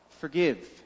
Forgive